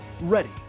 ready